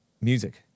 music